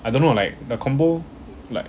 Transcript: I don't know like the combo like